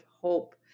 hope